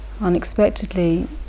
unexpectedly